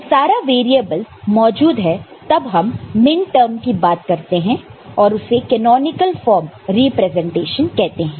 जब सारा वैरियेबल्स मौजूद है तब हम मिनटर्म की बात करते हैं और उसे कैनॉनिकल फॉर्म रिप्रेजेंटेशन कहते हैं